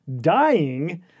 dying